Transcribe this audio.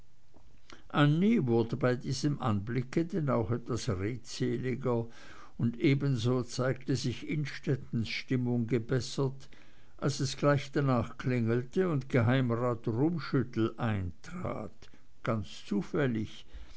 wurde bei diesem anblicke denn auch etwas redseliger und ebenso zeigte sich innstettens stimmung gebessert als es gleich danach klingelte und geheimrat rummschüttel eintrat ganz zufällig